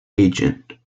agent